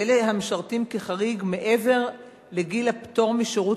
ואלה המשרתים כחריג מעבר לגיל הפטור משירות